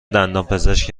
دندانپزشک